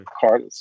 card